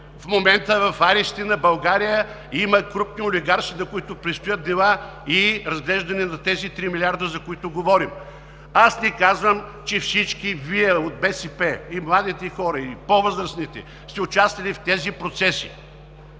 в момента в арестите на България има крупни олигарси, на които им предстоят дела за тези три милиарда, за които говорим. Аз не казвам, че всички Вие от БСП – и младите, и по възрастните, сте участвали в тези процеси